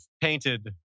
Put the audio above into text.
painted